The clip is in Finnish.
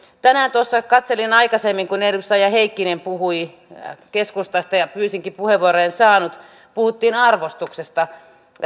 tänään tuossa katselin aikaisemmin kun edustaja heikkinen keskustasta puhui ja pyysinkin puheenvuoroa en saanut puhuttiin arvostuksesta